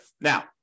Now